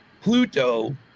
Pluto